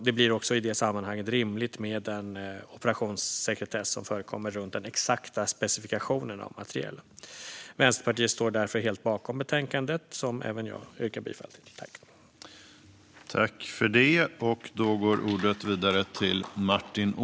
Det blir också i det sammanhanget rimligt med den operationssekretess som förekommer runt den exakta specifikationen av materielen. Vänsterpartiet står därför helt bakom betänkandet, och även jag yrkar bifall till utskottets förslag.